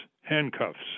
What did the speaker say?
handcuffs